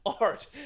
art